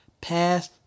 Pass